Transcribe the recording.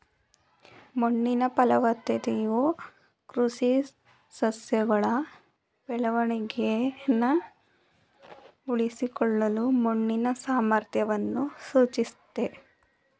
ಮಣ್ಣಿನ ಫಲವತ್ತತೆಯು ಕೃಷಿ ಸಸ್ಯಗಳ ಬೆಳವಣಿಗೆನ ಉಳಿಸ್ಕೊಳ್ಳಲು ಮಣ್ಣಿನ ಸಾಮರ್ಥ್ಯವನ್ನು ಸೂಚಿಸ್ತದೆ